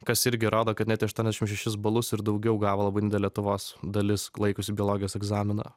kas irgi rodo kad net aštuoniasdešimt šešis balus ir daugiau gavo labai lietuvos dalis laikiusių biologijos egzaminą